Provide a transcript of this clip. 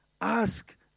Ask